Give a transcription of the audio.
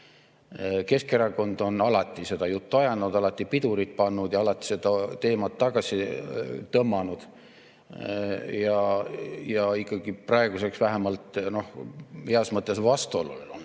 Keskerakond on alati seda juttu ajanud, alati pidurit pannud ja alati seda teemat tagasi tõmmanud. Praeguseks on ta vähemalt heas mõttes vastuoluline,